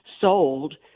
sold